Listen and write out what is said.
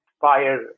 fire